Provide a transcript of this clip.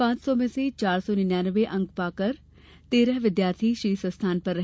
पांच सौ में से चार सौ निन्यानवें अंक प्राप्त कर तेरह विद्यार्थी शीर्ष स्थान पर रहे